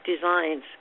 designs